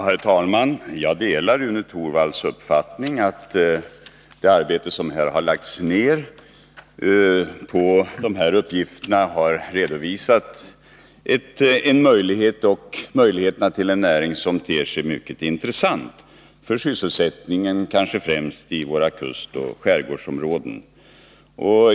Herr talman! Jag delar Rune Torwalds uppfattning att det arbete som har lagts ned på dessa uppgifter har redovisat möjligheter till en näring som ter sig mycket intressant för sysselsättningen i kanske främst våra kustoch skärgårdsområden.